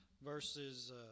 verses